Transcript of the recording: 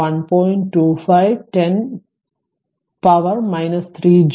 25 10 power joule 3 joule